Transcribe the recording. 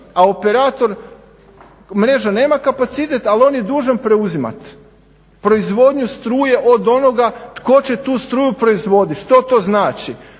a operator mreža nema kapacitet ali on je dužan preuzimat proizvodnju struje od onoga tko će tu struju proizvoditi. Što to znači?